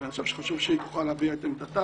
אני חושב שחשוב שהיא תוכל להביע את עמדתה